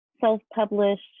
self-published